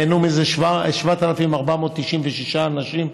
נהנו מזה 7,496 אנשים.